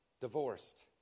divorced